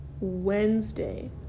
Wednesday